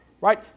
right